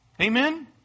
Amen